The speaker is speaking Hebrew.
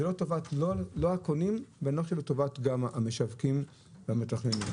זה לא לטובת הקונים וגם לא לטובת המשווקים והמתכננים.